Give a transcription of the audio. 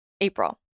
April